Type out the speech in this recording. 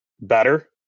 better